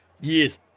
Yes